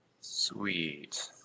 Sweet